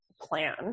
plan